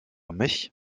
mich